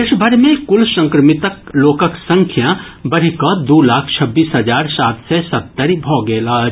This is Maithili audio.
देश भरि मे कुल संक्रमित लोकक संख्या बढ़ि कऽ दू लाख छब्बीस हजार सात सय सत्तरि भऽ गेल अछि